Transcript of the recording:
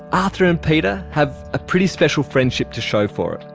arthur and peter have a pretty special friendship to show for it.